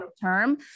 term